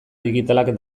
digitalak